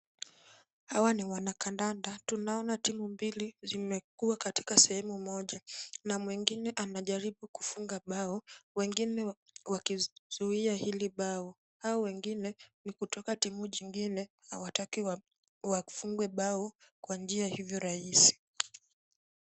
Hawa ni wanakandanda. Tunaona timu mbili zimekuwa katika sehemu moja na mwingine anajaribu kufunga bao wengine wakizuia hili bao. Hao wengine, ni kutoka timu jingine hawataki wafungwe bao kwa njia hivyo rahisi.